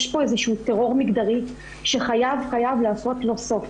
י שפה טרור מגדרי שחייבים לעשות לו סוף.